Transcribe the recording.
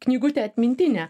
knygutę atmintinę